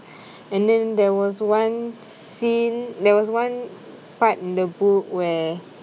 and then there was one scene there was one part in the book where